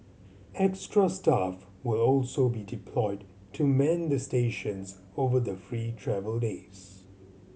extra staff will also be deployed to man the stations over the free travel days